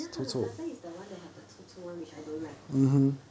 ya mutton is the one that have the 臭臭 [one] which I don't like